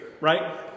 Right